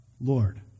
Lord